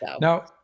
Now